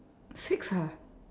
six ah